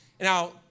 Now